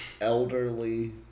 elderly